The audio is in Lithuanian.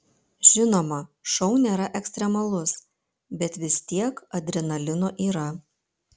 žinoma šou nėra ekstremalus bet vis tiek adrenalino yra